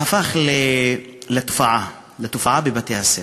זה הפך לתופעה בבתי-הספר.